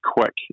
quick